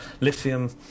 Lithium